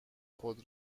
خود